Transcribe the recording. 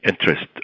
interest